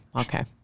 Okay